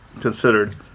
considered